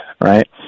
right